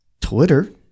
Twitter